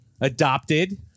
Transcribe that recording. Adopted